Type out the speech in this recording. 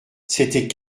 c’était